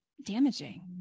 damaging